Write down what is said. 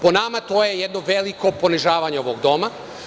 Po nama to je jedno veliko ponižavanje ovog doma.